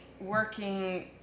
working